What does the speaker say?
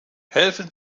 helfen